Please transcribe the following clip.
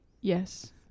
Yes